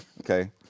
Okay